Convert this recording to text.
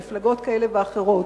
מפלגות כאלה ואחרות.